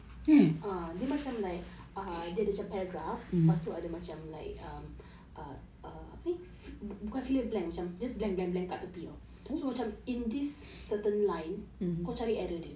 a'ah dia macam like ah dia ada macam paragraph lepas tu ada macam like uh uh err apa ni bukan fill in the blanks macam just blank blank blank kat tepi [tau] so macam in this certain line kau cari idea dia